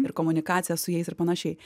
ir komunikaciją su jais ir panašiai